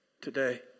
today